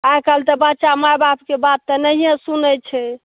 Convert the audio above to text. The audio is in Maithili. आइ काल्हि तऽ बच्चा माइ बापके बात तऽ नहिये सुनैत छै